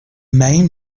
main